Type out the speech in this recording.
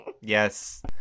Yes